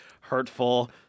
hurtful